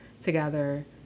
together